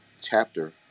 chapter